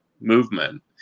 movement